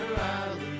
Island